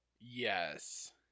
Yes